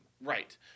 Right